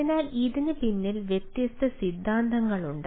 അതിനാൽ ഇതിന് പിന്നിൽ വ്യത്യസ്ത സിദ്ധാന്തങ്ങളുണ്ട്